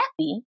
happy